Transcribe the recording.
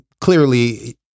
clearly